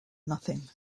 nothing